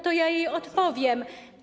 To ja jej odpowiem.